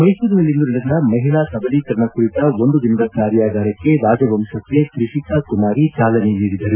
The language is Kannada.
ಮೈಸೂರಿನಲ್ಲಿಂದು ನಡೆದ ಮಹಿಳಾ ಸಬಲೀಕರಣ ಕುರಿತ ಒಂದು ದಿನದ ಕಾರ್ಯಾಗಾರಕ್ಷೆ ರಾಜವಂಶಸ್ವ ತ್ರಿಶಿಕಾ ಕುಮಾರಿ ಚಾಲನೆ ನೀಡಿದರು